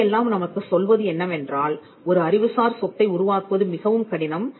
இவையெல்லாம் நமக்கு சொல்வது என்னவென்றால் ஒரு அறிவுசார் சொத்தை உருவாக்குவது மிகவும் கடினம்